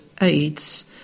aids